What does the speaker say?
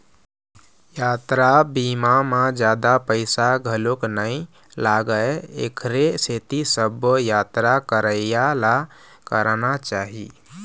यातरा बीमा म जादा पइसा घलोक नइ लागय एखरे सेती सबो यातरा करइया ल कराना चाही